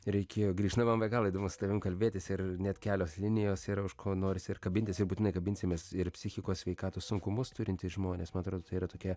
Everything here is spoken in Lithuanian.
reikėjo grįžt na man be galo įdomu su tavim kalbėtis ir net kelios linijos yra už ko noris ir kabintis ir būtinai kabinsimės ir psichikos sveikatos sunkumus turintys žmonės man atrodo tai yra tokia